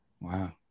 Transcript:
Wow